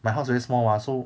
my house very small what so